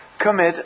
commit